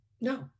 no